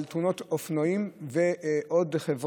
ועוד,